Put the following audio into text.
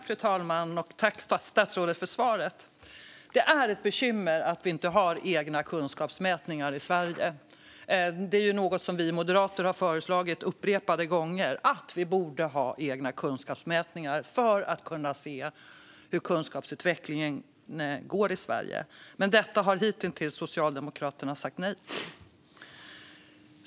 Fru talman! Tack, statsrådet, för svaret! Det är ett bekymmer att vi inte har egna kunskapsmätningar i Sverige. Vi moderater har upprepade gånger föreslagit att vi ska ha egna kunskapsmätningar för att kunna se hur kunskapsutvecklingen går i Sverige, men detta har Socialdemokraterna hittills sagt nej till.